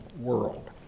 world